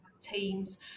teams